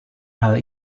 hal